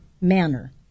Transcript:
manner